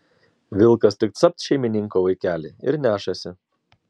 vilkas tik capt šeimininko vaikelį ir nešasi